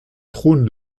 trône